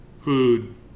food